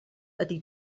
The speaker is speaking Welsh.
ydy